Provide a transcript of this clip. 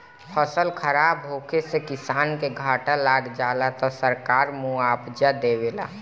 फसल खराब होखे से किसान के घाटा लाग जाला त सरकार मुआबजा देवेला